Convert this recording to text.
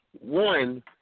one